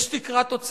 יש תקרת הוצאה,